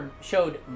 showed